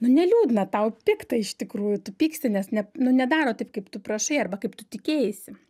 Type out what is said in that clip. nu ne liūdna tau pikta iš tikrųjų tu pyksti nes ne nu nedaro taip kaip tu prašai arba kaip tu tikėjaisi